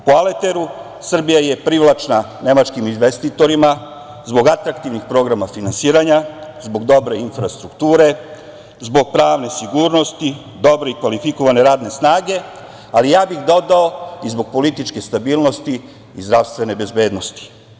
Po Aleteru, Srbija je privlačna nemačkim investitorima zbog atraktivnih programa finansiranja, zbog dobre infrastrukture, zbog pravne sigurnosti, dobre i kvalifikovane radne snage, ali ja bih dodao - i zbog političke stabilnosti i zdravstvene bezbednosti.